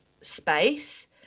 space